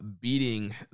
beating